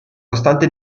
costante